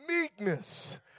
meekness